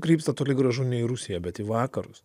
krypsta toli gražu ne į rusiją bet į vakarus